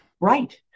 Right